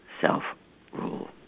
self-rule